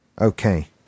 Okay